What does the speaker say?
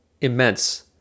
immense